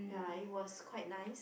ya it was quite nice